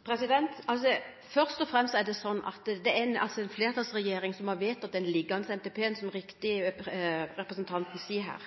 Det er altså en flertallsregjering som har vedtatt den foreliggende NTP, som representanten helt riktig sier her.